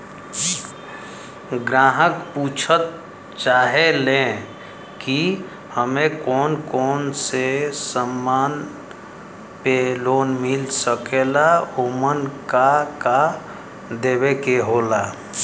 ग्राहक पुछत चाहे ले की हमे कौन कोन से समान पे लोन मील सकेला ओमन का का देवे के होला?